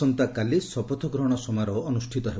ଆସନ୍ତାକାଲି ଶପଥ ଗ୍ରହଣ ସମାରୋହ ଅନୁଷ୍ଠିତ ହେବ